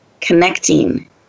connecting